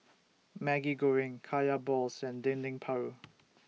Maggi Goreng Kaya Balls and Dendeng Paru